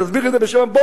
תסביר את זה בשם הבוס שלך.